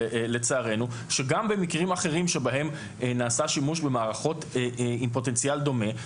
לצערנו שגם במקרים אחרים בהם נעשה שימוש במערכות עם פוטנציאל דומה,